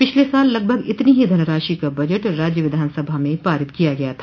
पिछले साल लगभग इतनी ही धनराशि का बजट राज्य विधानसभा में पारित किया गया था